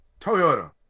Toyota